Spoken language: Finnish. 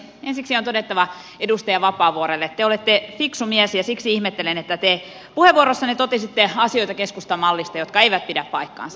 ensiksi on todettava edustaja vapaavuorelle että te olette fiksu mies ja siksi ihmettelen että te puheenvuorossanne totesitte keskustan mallista asioita jotka eivät pidä paikkaansa